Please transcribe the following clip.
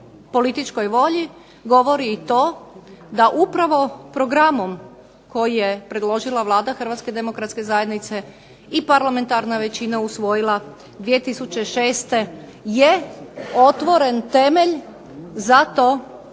političkoj volji govori i to da upravo programom koji je predložila Vlada Hrvatske demokratske zajednice i parlamentarna većina usvojila 2006. je otvoren temelj za to